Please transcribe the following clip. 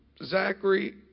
Zachary